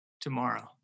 tomorrow